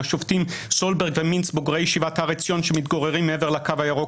השופטים סולברג ומינץ - בוגרי ישיבת הר עציון שמתגוררים מעבר לקו הירוק,